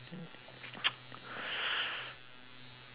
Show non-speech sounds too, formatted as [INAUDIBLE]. [NOISE]